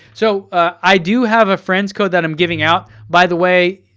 so i do have a friend's code that i'm giving out. by the way,